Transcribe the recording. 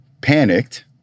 panicked